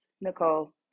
Nicole